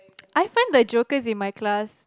I find the jokers in my class